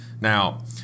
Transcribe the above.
Now